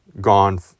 gone